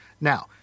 Now